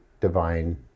divine